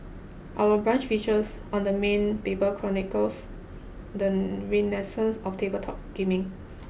our brunch features on the main paper chronicles the renaissance of tabletop gaming